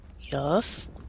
Yes